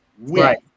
Right